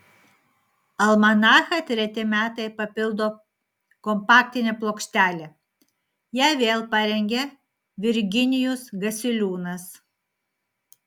almanachą treti metai papildo kompaktinė plokštelė ją vėl parengė virginijus gasiliūnas